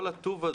לי